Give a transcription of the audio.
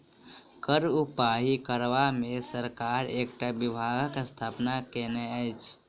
कर उगाही करबा मे सरकार एकटा विभागक स्थापना कएने अछि